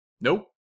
Nope